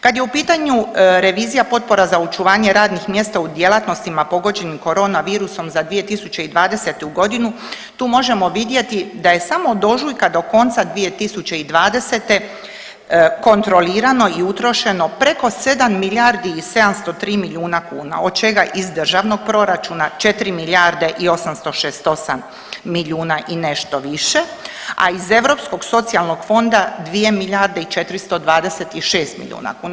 Kad je u pitanju revizija potpora za očuvanje radnih mjesta u djelatnostima pogođenim koronavirusom za 2020.g. tu možemo vidjeti da je samo od ožujka do konca 2020. kontrolirano i utrošeno preko 7 milijardi i 703 milijuna kuna od čega iz državnog proračuna 4 milijarde i 868 milijuna i nešto više, a iz Europskog socijalnog fonda 2 milijarde i 426 milijuna kuna.